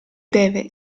deve